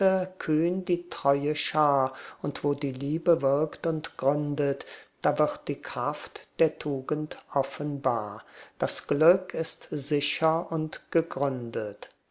kühn die treue schar und wo die liebe wirkt und gründet da wird die kraft der tugend offenbar das glück ist sicher und geründet